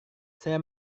saya